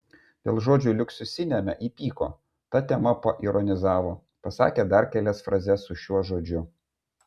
dėl žodžio liuksusiniame įpyko ta tema paironizavo pasakė dar kelias frazes su šiuo žodžiu